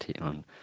on